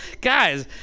Guys